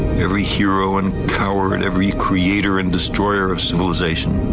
every hero and coward, every creator and destroyer of civilization,